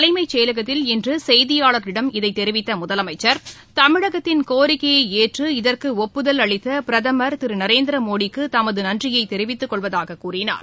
தலைமைசெயலகத்தில் இன்றுசெய்தியாளர்களிடம் இதைதெரிவித்தமுதலமைச்சர் தமிழகத்தின் கோரிக்கையைஏற்று இதற்குஒப்புதல் அளித்தபிரதமர் திருநரேந்திரமோடிக்குதமதுநன்றியைதெரிவித்துக் கொள்வதாககூறினார்